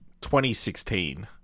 2016